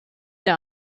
der